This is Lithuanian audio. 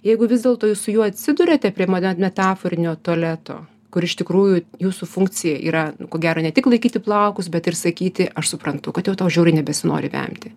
jeigu vis dėlto su juo atsiduriate prie mano metaforinio tualeto kur iš tikrųjų jūsų funkcija yra ko gero ne tik laikyti plaukus bet ir sakyti aš suprantu kad jau tau žiauriai nebesinori vemti